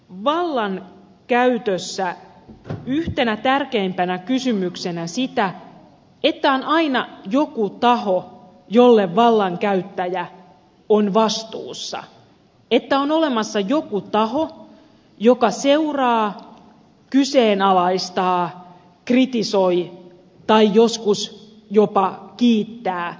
itse pidän vallankäytössä yhtenä tärkeimpänä kysymyksenä sitä että on aina joku taho jolle vallankäyttäjä on vastuussa että on olemassa joku taho joka seuraa kyseenalaistaa kritisoi tai joskus jopa kiittää vallankäyttöä